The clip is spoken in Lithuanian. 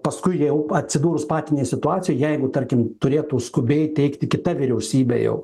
paskui jie jau atsidūrus patinėj situacijoj jeigu tarkim turėtų skubiai teikti kita vyriausybė jau